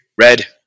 Red